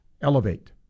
elevate